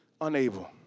unable